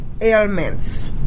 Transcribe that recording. ailments